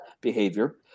behavior